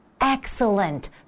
excellent